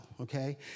okay